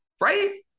Right